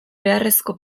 beharrezko